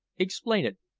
explain it.